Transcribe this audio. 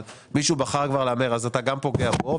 אבל מישהו בחר כבר להמר, אז אתה גם פוגע בו.